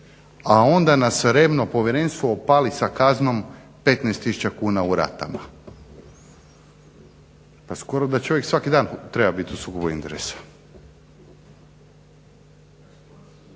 a onda nas revno povjerenstvo opali sa kaznom 15 tisuća kuna u ratama. Pa skoro da čovjek svaki dan treba biti u sukobu interesa.